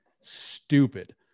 stupid